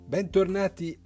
Bentornati